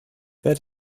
that